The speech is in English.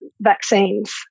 vaccines